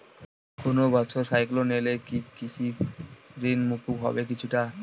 কোনো বছর সাইক্লোন এলে কি কৃষি ঋণ মকুব হবে কিছুটা?